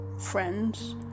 friends